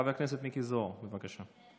חבר הכנסת מיקי זוהר, בבקשה.